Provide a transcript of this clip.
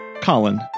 Colin